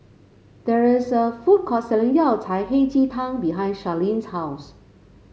there is a food court selling Yao Cai Hei Ji Tang behind Charleen's house